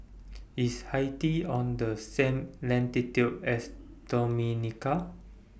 IS Haiti on The same latitude as Dominica